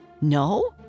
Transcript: No